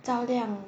照亮